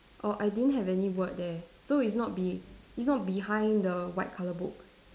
orh I didn't have any word there so it's not be it's not behind the white colour book